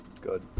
Good